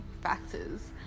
factors